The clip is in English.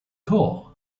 core